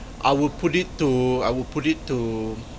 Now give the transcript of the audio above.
I would put it to I would put it to